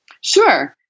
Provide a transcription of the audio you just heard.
Sure